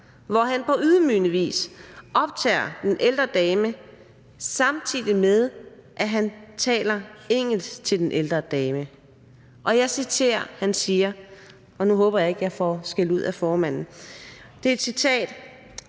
hvor han på ydmygende vis optager den ældre dame, samtidig med at han taler engelsk til den ældre dame. Han siger, og jeg citerer – nu håber jeg ikke, jeg får skældud af formanden; det er et citat: